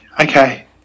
Okay